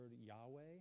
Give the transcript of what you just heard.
Yahweh